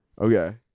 Okay